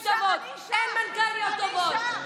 אין נשים טובות, אין מנכ"ליות טובות.